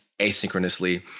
asynchronously